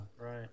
Right